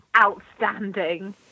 outstanding